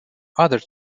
other